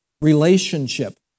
relationship